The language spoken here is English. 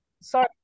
Sorry